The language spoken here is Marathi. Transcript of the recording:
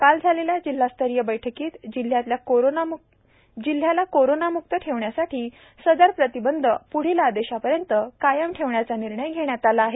काल झालेल्या जिल्हास्तरीय बैठकीत जिल्ह्याला कोरोनाम्क्त ठेवण्यासाठी सदर प्रतिबंध प्ढील आदेशापर्यंत कायम ठेवण्याचा निर्णय घेण्यात आला आहे